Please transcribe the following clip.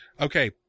okay